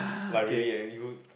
like really eh you